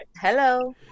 Hello